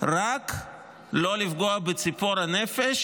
רק לא לפגוע בציפור הנפש,